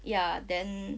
ya then